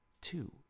two